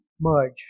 merge